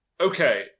Okay